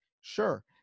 sure